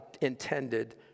intended